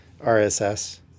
rss